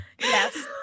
Yes